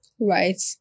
right